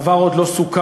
דבר עוד לא סוכם,